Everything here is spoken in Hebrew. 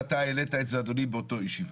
ואתה העלית את זה אדוני באותה ישיבה.